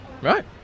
Right